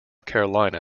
carolina